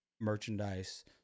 merchandise